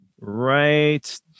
Right